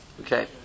Okay